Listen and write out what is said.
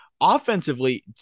offensively